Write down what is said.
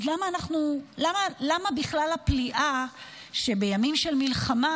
אז למה בכלל הפליאה שבימים של מלחמה